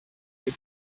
you